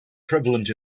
prevalent